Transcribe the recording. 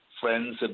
friends